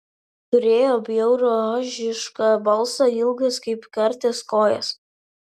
turėjo bjaurų ožišką balsą ilgas kaip kartis kojas